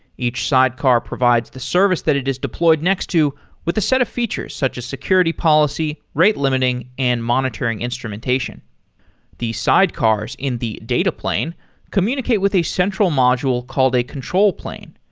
each sidecar provides the service that it is deployed next to with a set of features, such as security policy, rate limiting and monitoring instrumentation the sidecars in the data plane communicate with a central module called a control plane.